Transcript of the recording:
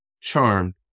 charmed